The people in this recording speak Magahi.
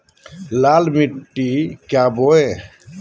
लाल मिट्टी क्या बोए?